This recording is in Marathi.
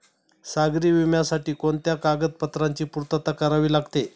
सागरी विम्यासाठी कोणत्या कागदपत्रांची पूर्तता करावी लागते?